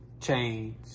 change